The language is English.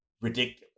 ridiculous